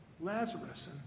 Lazarus